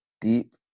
deep